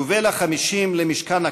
יובל ה-50 למשכן הכנסת,